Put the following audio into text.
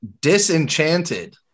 Disenchanted